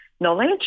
knowledge